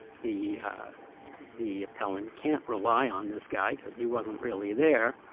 the the appellant can't rely on this guy because he wasn't really there.